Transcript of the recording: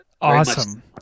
awesome